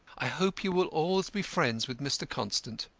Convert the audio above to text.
i hope you will always be friends with mr. constant.